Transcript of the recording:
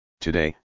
Today